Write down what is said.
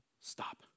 stop